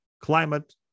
climate